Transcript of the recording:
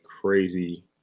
crazy